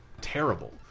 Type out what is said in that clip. terrible